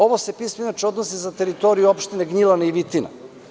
Ovo se pismo inače odnosi za teritoriju opština Gnjilane i Vitina.